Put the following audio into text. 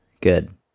Good